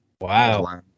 Wow